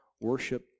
worship